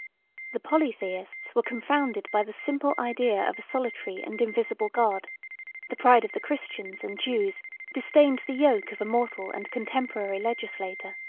the polytheists were confounded by the simple idea of a solitary and invisible god the pride of the christians and jews disdained the yoke of a mortal and contemporary legislator.